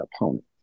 opponent